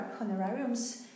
honorariums